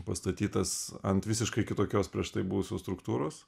pastatytas ant visiškai kitokios prieš tai buvusios struktūros